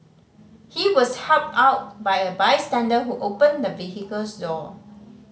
he was helped out by a bystander who opened the vehicle's door